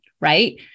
right